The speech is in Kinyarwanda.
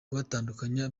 kubatandukanya